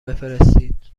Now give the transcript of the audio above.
بفرستید